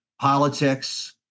politics